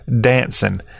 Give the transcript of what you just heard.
dancing